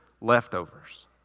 leftovers